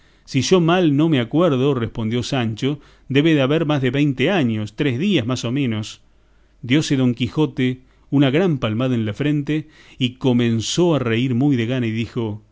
si yo mal no me acuerdo respondió sancho debe de haber más de veinte años tres días más a menos diose don quijote una gran palmada en la frente y comenzó a reír muy de gana y dijo